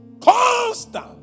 constant